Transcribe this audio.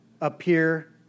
appear